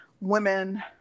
women